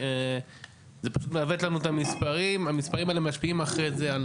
זה מעוות לנו את המספרים וזה משפיע אחר כך על